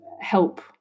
help